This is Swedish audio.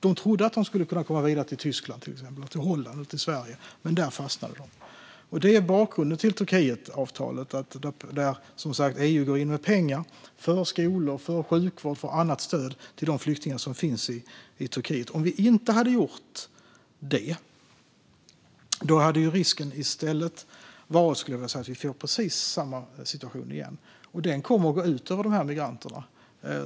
De trodde att de skulle kunna komma vidare till exempelvis Tyskland, till Holland eller till Sverige, men de fastnade där. Det är bakgrunden till Turkietavtalet som innebär att EU som sagt går in med pengar till skolor, sjukvård och annat stöd till de flyktingar som finns i Turkiet. Om vi inte hade haft avtalet hade risken varit att vi skulle ha fått precis samma situation igen. Det skulle ha gått ut över de här migranterna.